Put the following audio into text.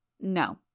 No